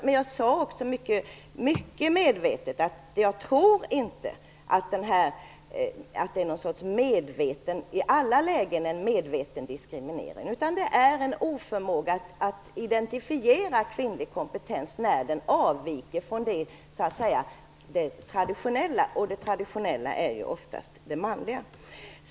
Men jag sade mycket medvetet att jag inte tror att det i alla lägen är en medveten diskriminering, utan det handlar om en oförmåga att identifiera kvinnlig kompetens när den avviker från det traditionella, och det traditionella är oftast det manliga.